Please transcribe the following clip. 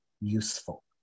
useful